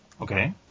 Okay